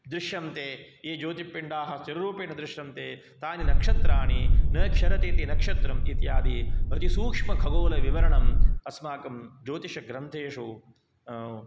दृश्यन्ते ये ज्योतिप्पिण्डाः स्थिररूपेण दृश्यन्ते तानि नक्षत्राणि न क्षरति इति नक्षत्रम् इत्यादि अतिसूक्ष्मखगोलविवरणं अस्माकं ज्योतिषग्रन्थेषु